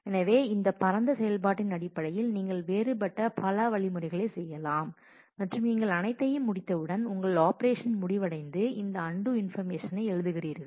எனவே இந்த பரந்த செயல்பாட்டின் அடிப்படையில் நீங்கள் வேறுபட்ட பல வழிமுறைகளை செய்யலாம் மற்றும் நீங்கள் அனைத்தையும் முடித்தவுடன் உங்கள் ஆப்ரேஷன் முடிவடைந்து இந்த அன்டூ இன்ஃபர்மேஷனை எழுதுகிறீர்கள்